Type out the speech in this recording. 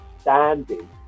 standing